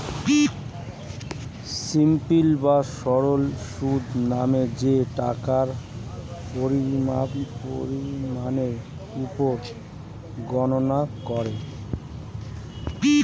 simple বা সরল সুদ মানে যা টাকার পরিমাণের উপর গণনা করে